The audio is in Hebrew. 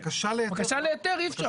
בקשה להיתר אי-אפשר.